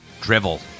drivel